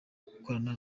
gukorana